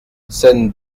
scène